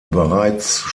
bereits